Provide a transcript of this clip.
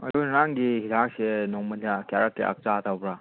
ꯑꯗꯨ ꯅꯍꯥꯟꯒꯤ ꯍꯤꯗꯥꯛꯁꯦ ꯅꯣꯡꯃꯗ ꯀꯌꯥꯔꯛ ꯀꯌꯥꯔꯛ ꯆꯥꯒꯗꯧꯕ꯭ꯔꯥ